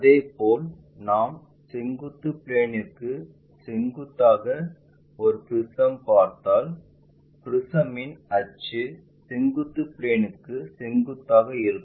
அதேபோல் நாம் செங்குத்து பிளேன்ற்கு செங்குத்தாக ஒரு ப்ரிஸம் பார்த்தால் ப்ரிஸம்இன் அச்சு செங்குத்து பிளேன்ற்கு செங்குத்தாக இருக்கும்